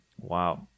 Wow